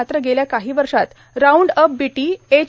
मात्र गेल्या काही वर्षात राऊंड अप बीटी एच